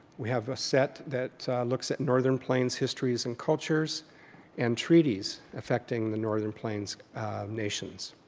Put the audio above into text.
we have a set that looks at northern plains' histories and cultures and treaties affecting the northern plains nations.